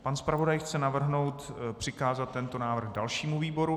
Pan zpravodaj chce navrhnout přikázat tento návrh dalšímu výboru.